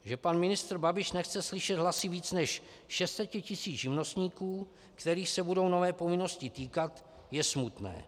Že pan ministr Babiš nechce slyšet hlasy více než 600 tisíc živnostníků, kterých se budou nové povinnosti týkat, je smutné.